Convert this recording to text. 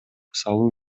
салуу